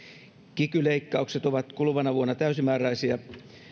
kiky leikkaukset ovat kuluvana vuonna täysimääräisiä